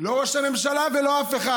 לא ראש הממשלה ולא אף אחד.